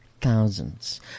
thousands